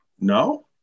No